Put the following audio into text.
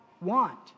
want